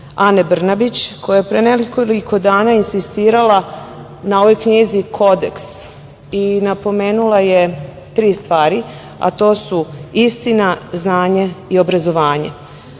Ane Brnabić, koja je pre nekoliko dana insistirala na ovoj knjizi Kodeks i napomenula je tri stvari, a to su istina, znanje i obrazovanje.